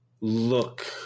look